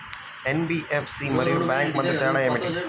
NBFC మరియు bank మధ్య తేడా ఏమిటీ?